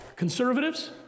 Conservatives